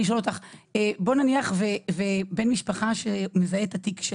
בואי נניח ובן משפחה שמזהה את התיק של